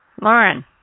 Lauren